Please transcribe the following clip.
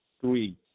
three